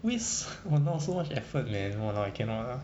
waste !walao! so much effort man !walao! I cannot lah